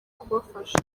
kubafasha